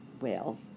Well